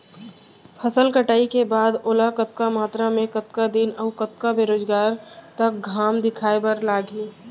फसल कटाई के बाद ओला कतका मात्रा मे, कतका दिन अऊ कतका बेरोजगार तक घाम दिखाए बर लागही?